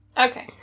Okay